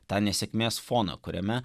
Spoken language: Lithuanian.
tą nesėkmės foną kuriame